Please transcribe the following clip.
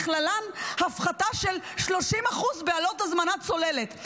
ובכללן הפחתה של 30% בעלות הזמנת צוללת.